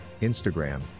Instagram